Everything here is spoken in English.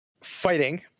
fighting